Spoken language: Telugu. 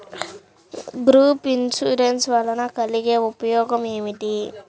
గ్రూప్ ఇన్సూరెన్స్ వలన కలిగే ఉపయోగమేమిటీ?